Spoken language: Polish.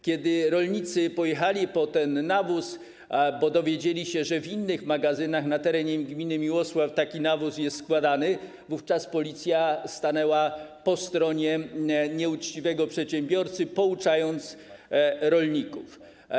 Kiedy rolnicy pojechali po ten nawóz, bo dowiedzieli się, że w innych magazynach na terenie gminy Miłosław taki nawóz jest składany, wówczas Policja stanęła po stronie nieuczciwego przedsiębiorcy, pouczając rolników.